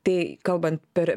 tai kalbant per